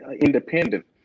independent